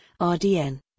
RDN